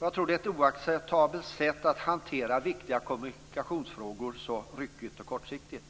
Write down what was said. Jag tycker att det är oacceptabelt att hantera viktiga kommunikationsfrågor så ryckigt och kortsiktigt.